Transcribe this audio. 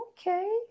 okay